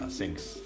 Thanks